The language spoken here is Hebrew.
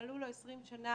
שמלאו לו 20 שנה